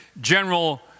General